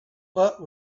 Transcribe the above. but